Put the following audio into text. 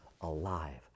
alive